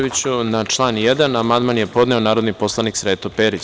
Na član 1. amandman je podneo narodni poslanik Sreto Perić.